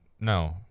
no